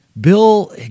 Bill